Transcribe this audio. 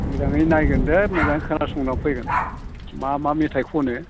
मोजाङै नायगोन दे मोजाङै खोनासंना फैगोन मा मा मेथाइ खनो